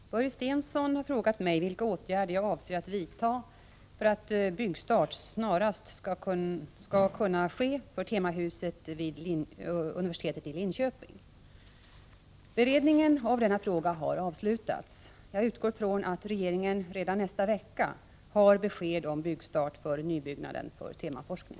Fru talman! Börje Stensson har frågat mig vilka åtgärder jag avser att vidta för att byggstart snarast skall kunna ske för temahuset vid universitetet i Linköping. Beredningen av denna fråga har avslutats. Jag utgår från att regeringen redan nästa vecka har besked om byggstart för nybyggnaden för temaforskning.